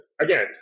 again